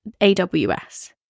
AWS